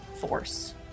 force